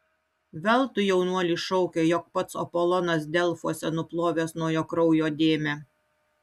veltui jaunuolis šaukė jog pats apolonas delfuose nuplovęs nuo jo kraujo dėmę